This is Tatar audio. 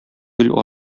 гөл